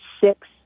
six